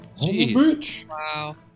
Wow